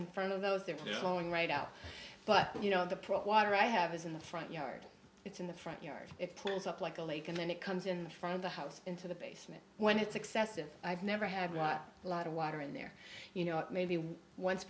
in front of those they're flowing right out but you know the prop water i have is in the front yard it's in the front yard it's close up like a lake and then it comes in the front of the house into the basement when it's excessive i've never had a lot of water in there you know maybe once